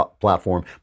platform